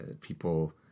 people